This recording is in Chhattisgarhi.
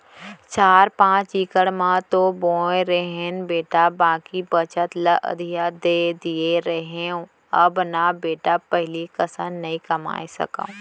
चार पॉंच इकड़ म तो बोए रहेन बेटा बाकी बचत ल अधिया दे दिए रहेंव अब न बेटा पहिली कस नइ कमाए सकव